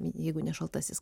jeigu ne šaltasis